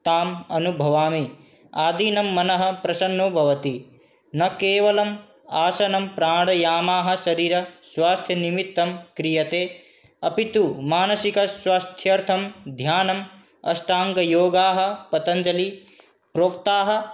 ताम् अनुभवामि आदिनं मनः प्रसन्नो भवति न केवलम् आसनं प्राणायामाः शरीरस्वास्थ्यनिमित्तं क्रियते अपि तु मानसिकस्वास्थ्यर्थं ध्यानम् अष्टाङ्गयोगाः पतञ्जलिप्रोक्ताः